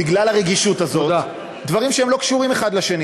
בגלל הרגישות הזאת, דברים שהם לא קשורים זה לזה.